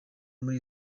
muri